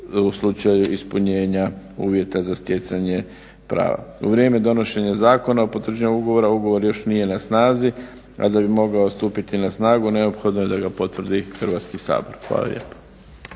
u slučaju ispunjenja uvjeta za stjecanje prava. U vrijeme donošenja zakona, potvrđivanjem ugovora, ugovor još nije na snazi, a da bi mogao stupiti na snagu, neophodno je da ga potvrdi Hrvatski sabor. Hvala lijepo.